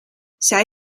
zij